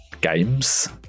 games